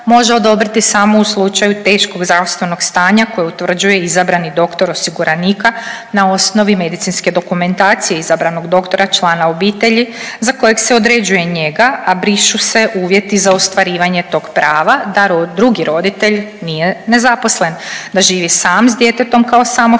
može odobriti samo u slučaju teškog zdravstvenog stanja koje utvrđuje izabrani doktor osiguranika na osnovi medicinske dokumentacije izabranog doktora člana obitelji za kojeg se određuje njega, a brišu se uvjeti za ostvarivanje tog prava da drugi roditelj nije nezaposlen, da živi sam s djetetom kao samohrani